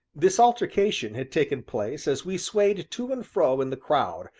this altercation had taken place as we swayed to and fro in the crowd,